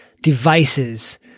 devices